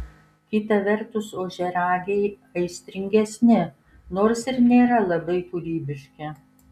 kita vertus ožiaragiai aistringesni nors ir nėra labai kūrybiški